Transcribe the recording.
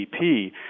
GDP